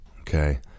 Okay